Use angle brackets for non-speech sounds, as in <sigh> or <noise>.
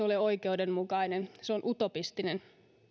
<unintelligible> ole oikeudenmukainen se on utopistinen